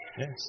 Yes